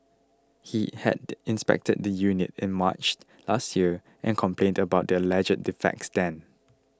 he had inspected the unit in March last year and complained about the alleged defects then